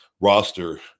roster